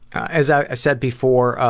as i said before, ah,